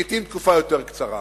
לעתים תקופה יותר קצרה.